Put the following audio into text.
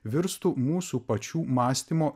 virstų mūsų pačių mąstymo